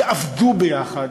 יעבדו ביחד,